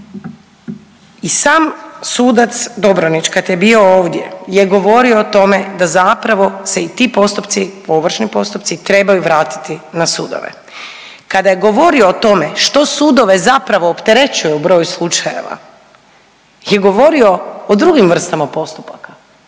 I sam sudac Dobronić kad je bio ovdje je govorio o tome da zapravo se i ti postupci, ovršni postupci trebaju vratiti na sudove. Kada je govorio o tome što sudove zapravo opterećuje u broju slučajeva je govorio o drugim vrstama postupaka.